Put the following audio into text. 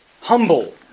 humble